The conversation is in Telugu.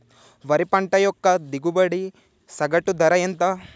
వరి పంట యొక్క దిగుబడి సగటు ధర ఎంత?